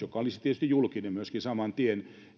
joka olisi tietysti julkinen myöskin saman tien